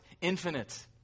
infinite